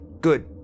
Good